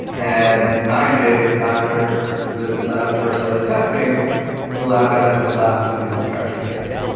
and nine days after the lab first started testing the lab yeah down to its last two of these extraction kits.